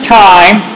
time